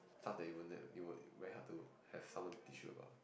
stuff that you won't let you would very hard to have someone teach you about